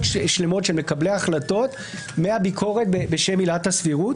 שלמות של מקבלי ההחלטות מהביקורת בשל עילת הסבירות,